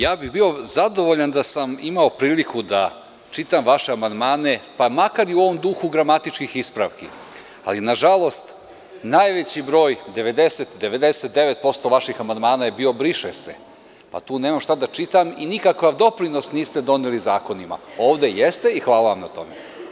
Ja bih bio zadovoljan da sam imao priliku da čitam vaše amandmane pa makar i u ovom duhu gramatičkih ispravki, ali na žalost najveći broj 90-99% vaših amandmana je bilo – briše se, a tu nemam šta da čitam i nikakav doprinos niste doneli zakonima, ovde jeste i hvala vam na tome.